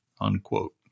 unquote